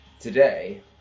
today